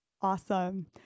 Awesome